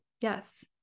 Yes